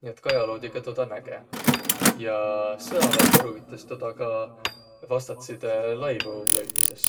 nii et kajaloodiga toda näge. Ja sõaväeh pruugitas toda ka vastatsidõ laivo löüdmises.